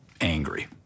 angry